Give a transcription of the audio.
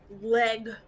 leg